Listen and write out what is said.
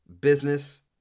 business